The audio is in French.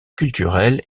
culturel